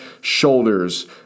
shoulders